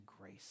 grace